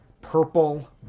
purple